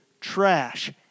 trash